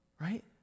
Right